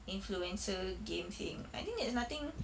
influencer game thing I think there's nothing